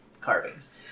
Carvings